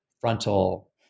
frontal